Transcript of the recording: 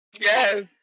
Yes